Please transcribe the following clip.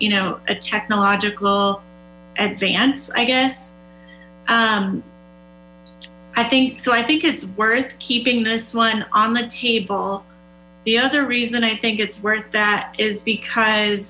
you know a technological advance i gueue i think so i think it's worth keeping this one on the table the other reason i think it's worth that is because